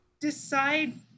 decide